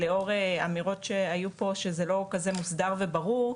לאור אמירות שהיו פה שזה לא כזה מוסדר וברור,